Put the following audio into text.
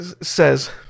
says